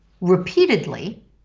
repeatedly